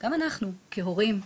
וגם אנחנו כהורים.